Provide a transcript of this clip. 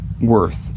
worth